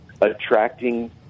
attracting